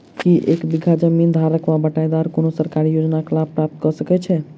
की एक बीघा जमीन धारक वा बटाईदार कोनों सरकारी योजनाक लाभ प्राप्त कऽ सकैत छैक?